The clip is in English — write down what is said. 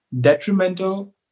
detrimental